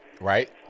right